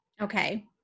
Okay